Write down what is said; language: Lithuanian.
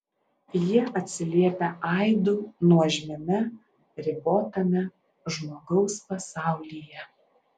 jie atsiliepia aidu nuožmiame ribotame žmogaus pasaulyje